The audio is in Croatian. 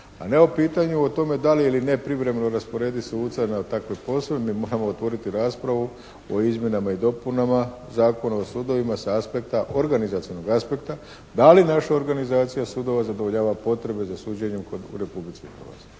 a ne o pitanju o tome da li ili ne privremeno rasporediti suca na takav posao. Mi moramo otvoriti raspravu o izmjenama i dopunama Zakona o sudovima sa aspekta, organizacionog aspekta da li naša organizacija sudova zadovoljava potrebe za suđenje u Republici